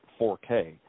4K